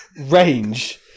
range